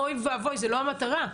זאת לא המטרה,